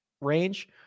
range